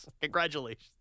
Congratulations